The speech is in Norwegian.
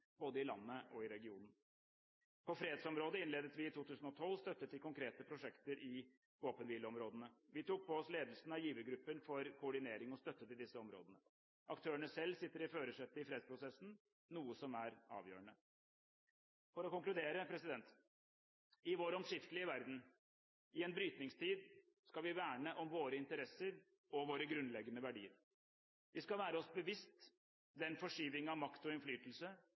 både i landet og i regionen. På fredsområdet innledet vi i 2012 støtte til konkrete prosjekter i våpenhvileområdene. Vi tok på oss ledelsen av givergruppen for koordinering av støtte til disse områdene. Aktørene selv sitter i førersetet i fredsprosessen, noe som er avgjørende. For å konkludere: I vår omskiftelige verden, i en brytningstid, skal vi verne om våre interesser og våre grunnleggende verdier. Vi skal være oss bevisst den forskyvning av makt og innflytelse